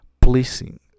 pleasing